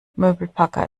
möbelpacker